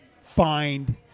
find